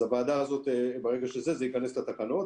אז הוועדה הזאת ברגע שזה, זה ייכנס לתקנות.